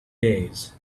days